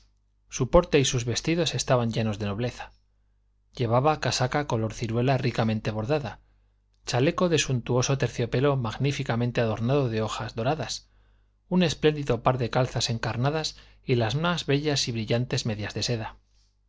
porte y sus vestidos estaban llenos de nobleza llevaba casaca color ciruela ricamente bordada chaleco de suntuoso terciopelo magníficamente adornado de hojas doradas un espléndido par de calzas encarnadas y las más bellas y brillantes medias de seda